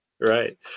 right